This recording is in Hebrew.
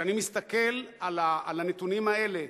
וכשאני מסתכל על הנתונים האלה,